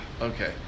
Okay